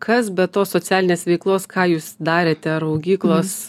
kas be to socialinės veiklos ką jūs darėte raugyklos